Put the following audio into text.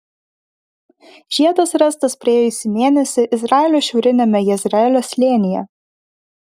žiedas rastas praėjusį mėnesį izraelio šiauriniame jezreelio slėnyje